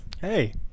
Hey